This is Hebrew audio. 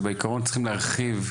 שבעקרון צריך להרחיב.